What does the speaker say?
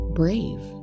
brave